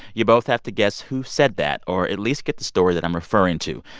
you both have to guess who said that or at least get the story that i'm referring to.